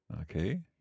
Okay